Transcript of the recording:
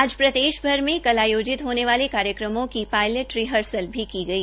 आज प्रदेश भर में कल आयोजित होने वाले कार्यक्रमों की पायलट रिर्हसल भी की गई